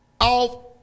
off